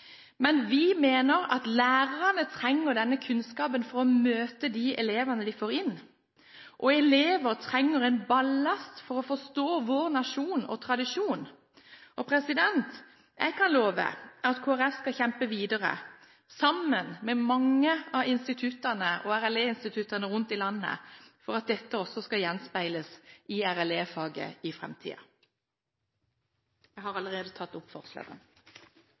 men vi mener at lærerne trenger denne kunnskapen for å møte de elevene de får inn, og elever trenger en ballast for å forstå vår nasjon og tradisjon. Jeg kan love at Kristelig Folkeparti skal kjempe videre sammen med mange av instituttene og RLE-instituttene rundt i landet, for at dette også skal gjenspeiles i RLE-faget i framtiden. Jeg har allerede tatt opp